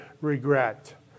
regret